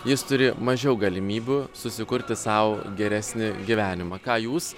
jis turi mažiau galimybių susikurti sau geresnį gyvenimą ką jūs